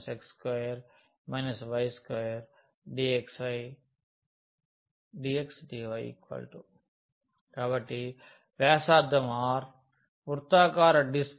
Sa2 x2 y2dx dy కాబట్టి వ్యాసార్థం R వృత్తాకార డిస్క్